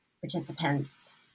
participants